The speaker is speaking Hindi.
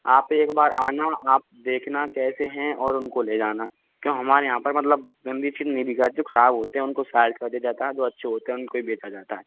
आप एक बार आना आप देखना कैसे हैं और उनको ले जाना क्यों हमारे यहाँ पर मतलब गंदी चीज दिखा जो खराब होते हैं उनको साइड कर दिया जाता है जो अच्छे होते हैं उनको ही बेचा जाता है